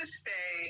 stay